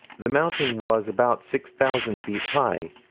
the mountain was about six thousand feet high.